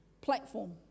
platform